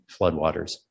floodwaters